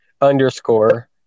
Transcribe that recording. underscore